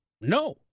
No